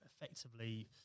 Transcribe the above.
effectively